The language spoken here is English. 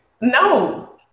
No